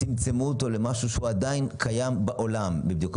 צמצמו את החוק כך שיוכלו לפעול במצב